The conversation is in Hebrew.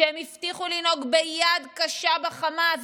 שהם הבטיחו לנהוג ביד קשה בחמאס,